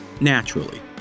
naturally